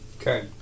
Okay